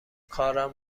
کارم